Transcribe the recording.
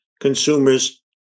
consumers